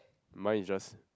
mine is just